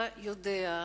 אתה יודע,